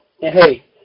hey